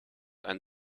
ein